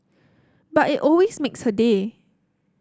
but it always makes her day